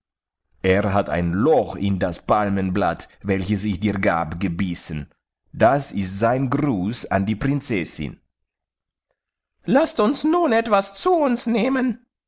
er hat ein loch in das palmenblatt welches ich dir gab gebissen das ist sein gruß an die prinzessin laßt uns nun etwas zu uns nehmen